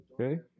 okay